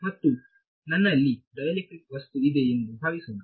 ಮತ್ತು ನನ್ನಲ್ಲಿ ಡೈಎಲೆಕ್ಟ್ರಿಕ್ ವಸ್ತು ಇದೆ ಎಂದು ಭಾವಿಸೋಣ